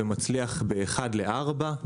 ₪, ומצליחה באחד לארבעה.